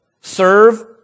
Serve